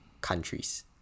countries